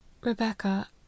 rebecca